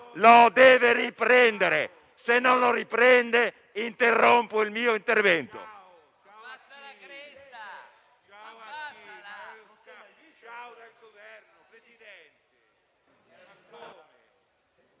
Lo deve riprendere. Se non lo riprende, interrompo il mio intervento.